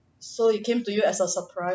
so it came to you as a surprise ah